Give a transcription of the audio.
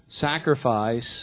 sacrifice